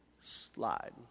Slide